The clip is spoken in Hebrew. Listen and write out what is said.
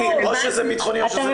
קטי, או שזה ביטחוני או שזה לא.